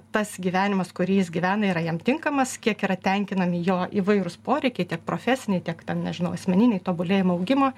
tas gyvenimas kurį jis gyvena yra jam tinkamas kiek yra tenkinami jo įvairūs poreikiai tiek profesiniai tiek ten nežinau asmeniniai tobulėjimo augimo